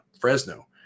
Fresno